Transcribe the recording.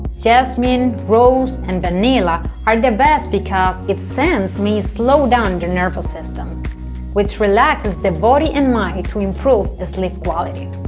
jasmine, rose and vanilla are the best because its scent may slow down the nervous system which relaxes the body and mind to improve ah sleep quality